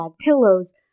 pillows